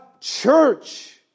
church